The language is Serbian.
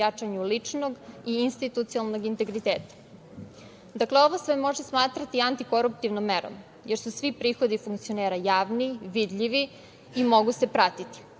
jačanju ličnog i institucionalnog integriteta. Dakle, ovo se može smatrati antikoruptivnom merom jer su svi prihodi funkcionera javni, vidljivi i mogu se pratiti.